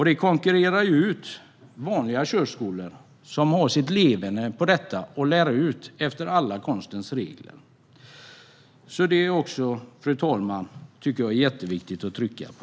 Det konkurrerar ut vanliga körskolor, som har detta som sitt levebröd och lär ut efter konstens alla regler. Jag tycker att detta är jätteviktigt att trycka på.